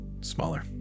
smaller